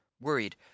Worried